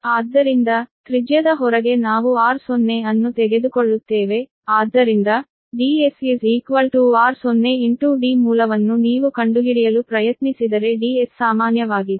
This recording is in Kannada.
ಆದ್ದರಿಂದ ತ್ರಿಜ್ಯದ ಹೊರಗೆ ನಾವು r0 ಅನ್ನು ತೆಗೆದುಕೊಳ್ಳುತ್ತೇವೆ ಆದ್ದರಿಂದ Ds r0 d ಮೂಲವನ್ನು ನೀವು ಕಂಡುಹಿಡಿಯಲು ಪ್ರಯತ್ನಿಸಿದರೆ Ds ಸಾಮಾನ್ಯವಾಗಿದೆ